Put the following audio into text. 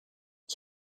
ich